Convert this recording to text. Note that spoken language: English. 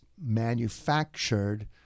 manufactured